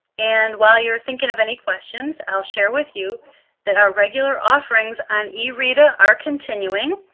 and while you're thinking of any questions, i'll share with you that our regular offerings on ereta are continuing.